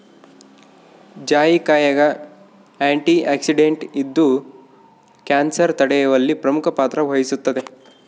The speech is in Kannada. ಜಾಯಿಕಾಯಾಗ ಆಂಟಿಆಕ್ಸಿಡೆಂಟ್ ಇದ್ದು ಕ್ಯಾನ್ಸರ್ ತಡೆಯುವಲ್ಲಿ ಪ್ರಮುಖ ಪಾತ್ರ ವಹಿಸುತ್ತದೆ